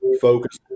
focus